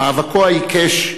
מאבקו העיקש,